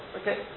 okay